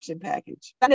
package